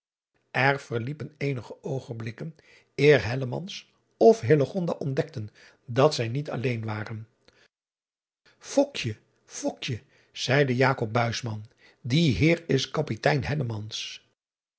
r verliepen eenige oogenblikken eer of ontdekten dat zij niet alleen waren zeide die eer is apitein